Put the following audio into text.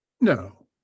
No